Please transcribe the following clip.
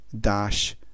dash